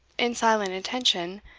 in silent attention,